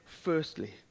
firstly